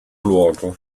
luogo